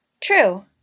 True